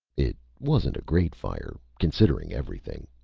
it wasn't a great fire, considering everything.